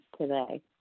today